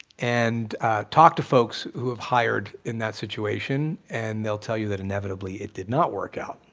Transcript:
and talk to folks who have hired in that situation and they'll tell you that inevitably it did not work out.